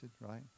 right